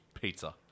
pizza